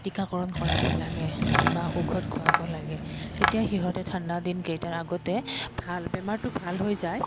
টীকাকৰণ কৰাব লাগে বা ঔষধ খোৱাব লাগে তেতিয়া সিহঁতে ঠাণ্ডা দিনকেইটাৰ আগতে ভাল বেমাৰটো ভাল হৈ যায়